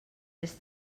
més